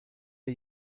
wir